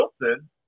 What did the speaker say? Wilson